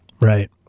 right